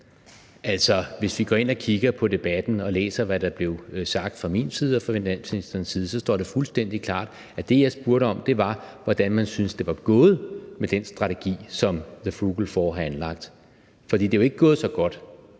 Altså, hvis vi går ind og kigger på debatten og læser, hvad der blev sagt fra min side og fra finansministerens side, står det fuldstændig klart, at det, jeg spurgte om, var, hvordan man synes, det var gået med den strategi, som the frugal four har anlagt. For det er jo ikke gået så godt: